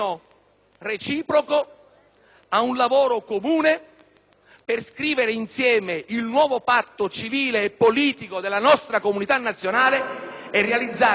per scrivere insieme il nuovo patto civile e politico della nostra comunità nazionale e realizzare finalmente una vera unità del Paese.